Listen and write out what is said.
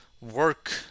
work